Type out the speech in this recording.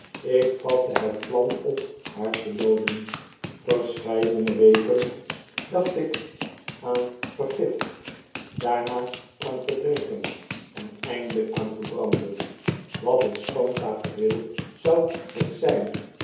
ik vatte het plan op haar te dooden verscheidene weken dacht ik aan vergift daarna aan verdrinken en eindelijk aan verbranden wat een schoon tafereel zou het zijn